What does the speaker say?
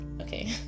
Okay